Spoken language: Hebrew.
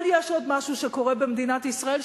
אבל יש עוד משהו שקורה במדינת ישראל,